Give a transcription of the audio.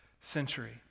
century